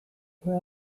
who